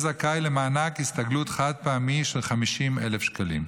זכאי למענק הסתגלות חד-פעמי של 50,000 שקלים.